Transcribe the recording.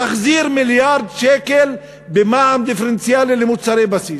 תחזיר מיליארד שקל במע"מ דיפרנציאלי למוצרי בסיס.